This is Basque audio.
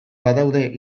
badaude